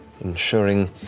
ensuring